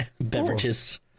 beverages